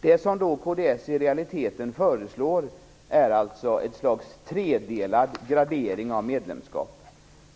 Det som kds i realiteten föreslår är ett slags tredelad gradering av medlemskap.